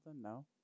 no